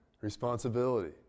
Responsibility